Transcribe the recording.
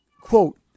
quote